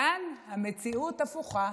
כאן המציאות הפוכה.